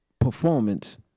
performance